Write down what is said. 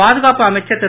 பாதுகாப்பு அமைச்சர் திரு